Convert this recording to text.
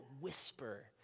whisper